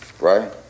Right